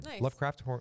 Lovecraft